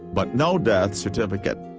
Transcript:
but no death certificate.